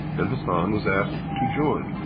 and hasan was asked to join.